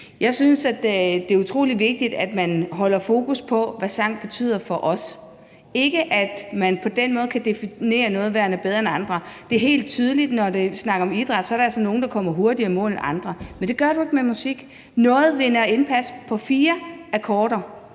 Jeg synes, det er utrolig vigtigt, at man holder fokus på, hvad sang betyder for os – ikke at man på den måde kan definere noget som værende bedre end andet. Det er helt tydeligt, at når vi snakker om idræt, er der altså nogle, der kommer hurtigere i mål end andre, men det gør du ikke med musik. Noget på fire akkorder